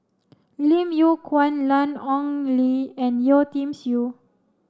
Lim Yew Kuan Lan Ong Li and Yeo Tiam Siew